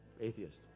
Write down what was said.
atheist